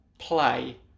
play